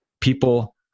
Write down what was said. People